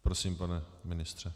Prosím, pane ministře.